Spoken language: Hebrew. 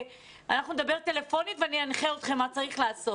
אנחנו נדבר טלפונית ואני אנחה אתכם מה צריך לעשות.